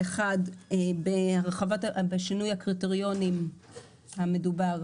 בשינוי הקריטריונים המדובר,